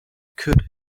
could